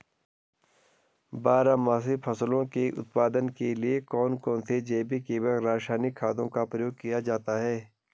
बारहमासी फसलों के उत्पादन के लिए कौन कौन से जैविक एवं रासायनिक खादों का प्रयोग किया जाता है?